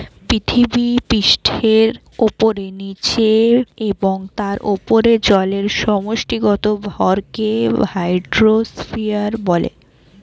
পৃথিবীপৃষ্ঠের উপরে, নীচে এবং তার উপরে জলের সমষ্টিগত ভরকে হাইড্রোস্ফিয়ার বলে